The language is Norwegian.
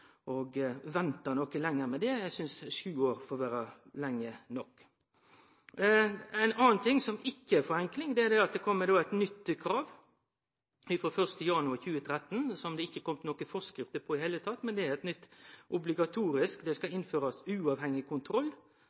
noko lenger med det – eg synest sju år får vere lenge nok. Ein annan ting som ikkje er forenkling, er at det kjem eit nytt krav frå 1. januar 2013, som det ikkje er kome nokon forskrifter om i det heile tatt, men det er nytt og obligatorisk. Det skal innførast ein uavhengig kontroll.